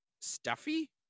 stuffy